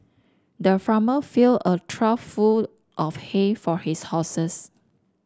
the farmer filled a trough full of hay for his horses